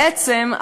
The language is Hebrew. בעצם,